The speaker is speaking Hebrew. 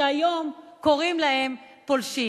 והיום קוראים להם פולשים.